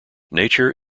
nature